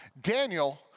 Daniel